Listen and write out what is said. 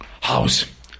House